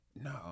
no